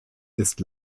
ist